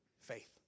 Faith